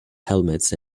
helmets